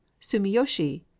Sumiyoshi